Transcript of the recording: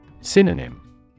Synonym